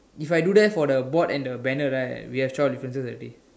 if I do that for the board and the banner right we have twelve differences already